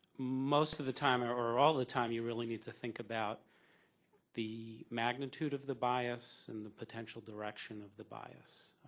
most of the time or or all the time you really need to think about the magnitude of the bias and the potential direction of the bias.